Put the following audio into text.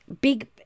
Big